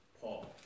Paul